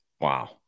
Wow